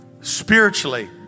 spiritually